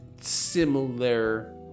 similar